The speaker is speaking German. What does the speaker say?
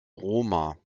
roma